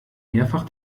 mehrfach